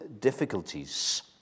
difficulties